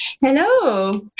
Hello